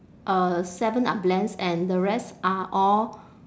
uh seven are blends and the rest are all